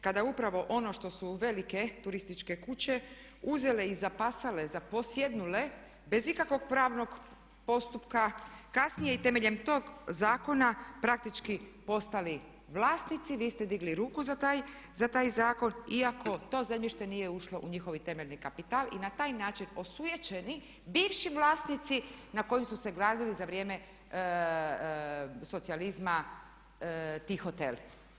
Kada upravo ono što su velike turističke kuće uzele i zapasale, zaposjednule bez ikakvog pravnog postupka, kasnije i temeljem tog zakona praktički postali vlasnici, vi ste digli ruku za taj zakon iako to zemljište nije ušlo u njihov temeljni kapital i na taj način osujećeni bivši vlasnici na kojim su se gradili za vrijeme socijalizma ti hoteli.